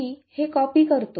मी हे कॉपी करतो